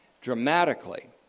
dramatically